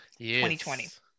2020